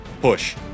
Push